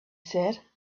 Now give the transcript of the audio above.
said